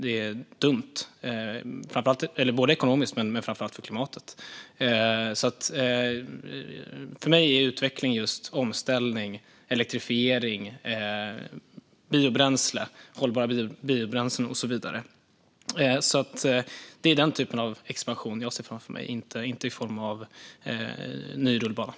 Jag tycker att det är dumt ekonomiskt men framför allt klimatmässigt. För mig är utveckling just omställning, elektrifiering, hållbara biobränslen och så vidare. Det är den typen av expansion jag ser framför mig, inte ny rullbana.